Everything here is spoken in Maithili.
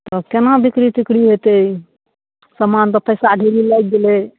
तऽ कोना बिक्री तिक्री हेतै समान तऽ पइसा ढेरी लागि गेलै